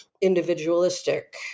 individualistic